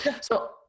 So-